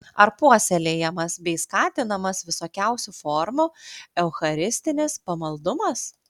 ar puoselėjamas bei skatinamas visokiausių formų eucharistinis pamaldumas